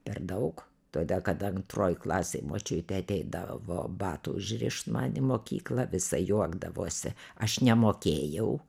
per daug todėl kad antroj klasėj močiutė ateidavo batų užrišt man į mokyklą visa juokdavosi aš nemokėjau